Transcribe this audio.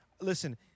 listen